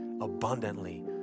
abundantly